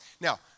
Now